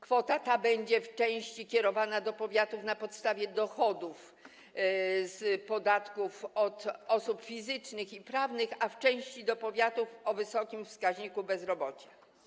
Kwota ta będzie w części kierowana do powiatów na podstawie dochodów z podatków od osób fizycznych i prawnych, a w części do powiatów o wysokim wskaźniku bezrobocia.